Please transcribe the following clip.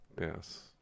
Yes